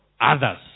others